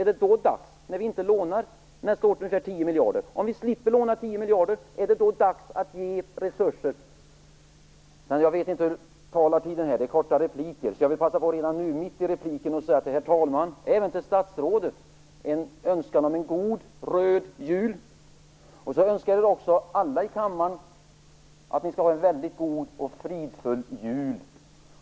Är det dags att ge resurser till detta om vi slipper låna 10 miljarder? Herr talman! Jag vet inte hur lång talartid jag har. Det är korta repliker. Jag vill passa på redan nu, mitt i repliken, att även önska statsrådet en god röd jul. Jag önskar också alla i kammaren en väldigt god och fridfull jul.